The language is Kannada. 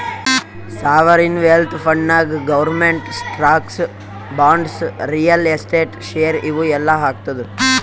ಸಾವರಿನ್ ವೆಲ್ತ್ ಫಂಡ್ನಾಗ್ government stocks, bonds, real estate, share ಇವು ಎಲ್ಲಾ ಹಾಕ್ತುದ್